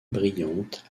brillante